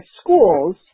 schools